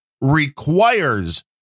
requires